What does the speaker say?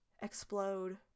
explode